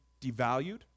devalued